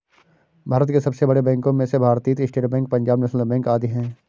भारत के सबसे बड़े बैंको में से भारतीत state bank, Punjab national bank आदि है